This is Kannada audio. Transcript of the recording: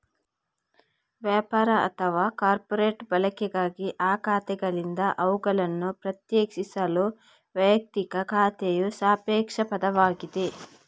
ವ್ಯಾಪಾರ ಅಥವಾ ಕಾರ್ಪೊರೇಟ್ ಬಳಕೆಗಾಗಿ ಆ ಖಾತೆಗಳಿಂದ ಅವುಗಳನ್ನು ಪ್ರತ್ಯೇಕಿಸಲು ವೈಯಕ್ತಿಕ ಖಾತೆಯು ಸಾಪೇಕ್ಷ ಪದವಾಗಿದೆ